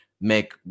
make